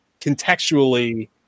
contextually